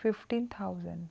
fifteen thousand